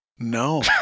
No